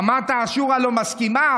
אמרת: השורא לא מסכימה,